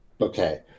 Okay